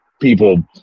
people